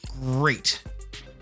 great